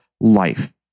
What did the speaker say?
life